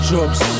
Jobs